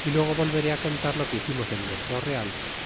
y luego volveré contar lo que hicimos en nuestro real